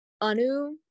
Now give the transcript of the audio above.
Anu